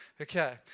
Okay